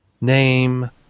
name